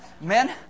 Men